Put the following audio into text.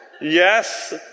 Yes